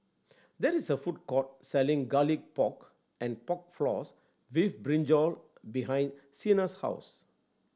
there is a food court selling Garlic Pork and Pork Floss with brinjal behind Sienna's house